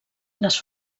les